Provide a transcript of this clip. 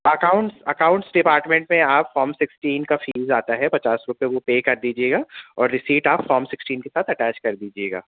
accounts accounts department میں آپ form sixteen کا فیس آتا ہے پچاس روپے وہ پے کر دیجیے گا اور رسیٹ آپ فام سکسٹین کے ساتھ اٹیچ کر دیجیے گا